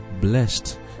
blessed